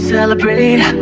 Celebrate